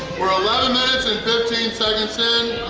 we're eleven minutes and fifteen seconds in.